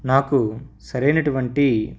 నాకు సరైనటువంటి